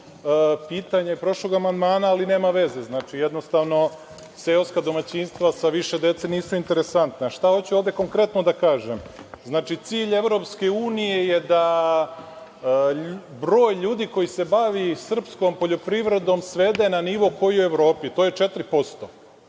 pitanju prošlog amandmana, ali nema veze. Jednostavno, seoska domaćinstva sa više dece nisu interesantna. Šta hoću ovde konkretno da kažem? Znači, cilj EU je da broj ljudi koji se bavi srpskom poljoprivredom svede na nivo koji je u Evropi, to je 4%.